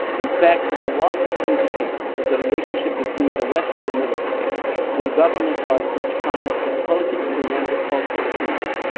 in fact, the last few decades of the relationship between the west and the middle east were governed by such kinds of politics-oriented cultural themes.